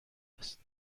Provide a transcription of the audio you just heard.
است